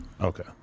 Okay